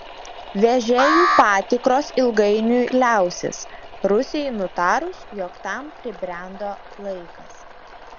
vežėjų patikros ilgainiui liausis rusijai nutarus jog tam pribrendo laikas